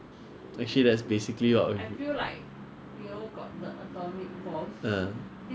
they will save so much more in singapore than they could ever save in malaysia even 他们开他们自己的